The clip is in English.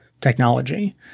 technology